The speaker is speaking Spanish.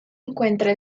encuentra